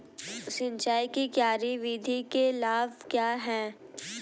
सिंचाई की क्यारी विधि के लाभ क्या हैं?